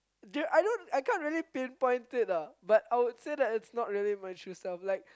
dude I don't I can't really pinpoint it lah but I would say that it's not really my true self like